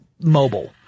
mobile